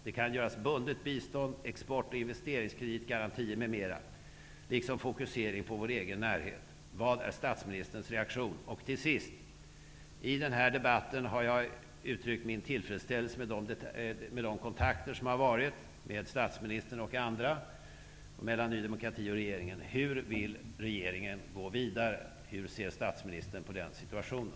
Det kan vara ett bundet bistånd, export och investeringskreditgarantier m.m. liksom en fokusering på vår egen närhet. Vad är statsministerns reaktion? 5. Till sist. I denna debatt har jag uttryckt min tillfredsställelse med de kontakter som ägt rum med statsministern och andra och mellan Ny demokrati och regeringen. Hur vill regeringen gå vidare? Hur ser statsministern på den situationen?